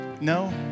no